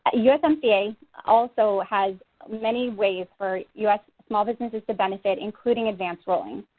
usmca also has many ways for u s. small businesses to benefit including advanced ruling.